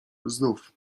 znów